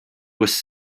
was